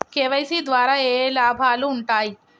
KYC ద్వారా ఏఏ లాభాలు ఉంటాయి?